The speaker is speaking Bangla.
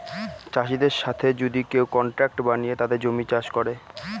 চাষীদের সাথে যদি কেউ কন্ট্রাক্ট বানিয়ে তাদের জমি চাষ করে